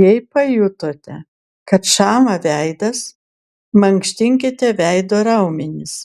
jei pajutote kad šąla veidas mankštinkite veido raumenis